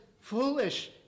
foolish